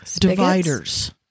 dividers